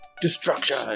destruction